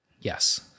yes